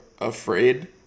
afraid